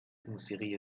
موسیقی